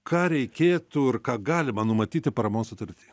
ką reikėtų ir ką galima numatyti paramos sutarty